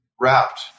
wrapped